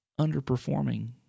underperforming